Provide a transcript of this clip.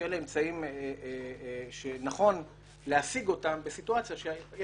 שאלה אמצעים שנכון להשיג אותם בסיטואציה אחרת מזו